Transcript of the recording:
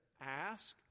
ask